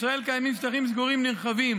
בישראל קיימים שטחים סגורים נרחבים